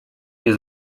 nie